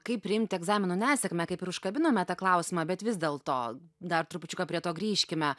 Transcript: kaip priimti egzamino nesėkmę kaip ir užkabinome tą klausimą bet vis dėlto dar trupučiuką prie to grįžkime